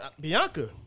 Bianca